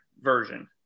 version